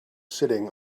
sitting